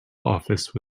office